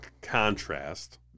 contrast